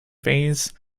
phase